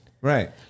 Right